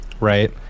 Right